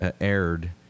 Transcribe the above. aired